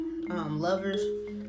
lovers